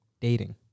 dating